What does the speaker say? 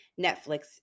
Netflix